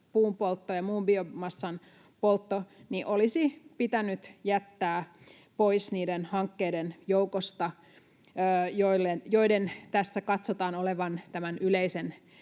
puunpoltto ja muun biomassan poltto olisi pitänyt jättää pois niiden hankkeiden joukosta, joiden tässä katsotaan olevan tämän yleisen